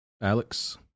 alex